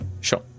sure